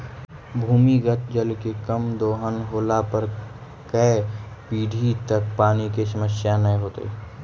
भूमिगत जल के कम दोहन होला पर कै पीढ़ि तक पानी के समस्या न होतइ